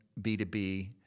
B2B